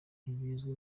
ntibizwi